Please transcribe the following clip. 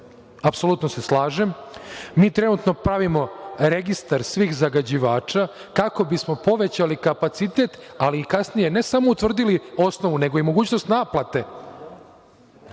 apsolutno se slažem. Mi trenutno pravimo registar svih zagađivača, kako bismo povećali kapacitet, ali i kasnije ne samo utvrdili osnovu, nego i mogućnost naplate